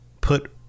put